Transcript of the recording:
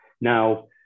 now